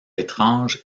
étrange